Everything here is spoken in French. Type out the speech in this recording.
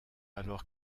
alors